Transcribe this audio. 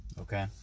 Okay